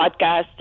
podcast